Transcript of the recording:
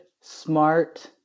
smart